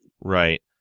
Right